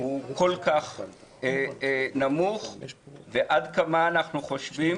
הוא כל כך נמוך, עד כמה אנחנו חושבים